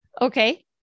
Okay